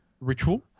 ritual